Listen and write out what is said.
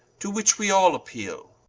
to which we all appeale